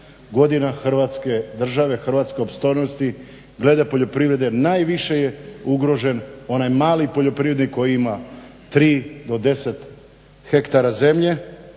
godina Hrvatske države, hrvatske opstojnosti glede poljoprivrede najviše je ugrožen onaj mali poljoprivrednik koji ima 3 do 10 hektara zemlje.